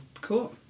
Cool